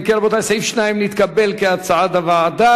אם כן, רבותי, סעיף 2 נתקבל, כהצעת הוועדה.